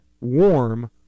warm